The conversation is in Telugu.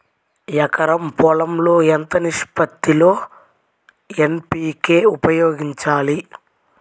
ఎకరం పొలం లో ఎంత నిష్పత్తి లో ఎన్.పీ.కే ఉపయోగించాలి?